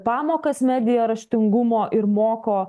pamokas medija raštingumo ir moko